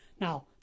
Now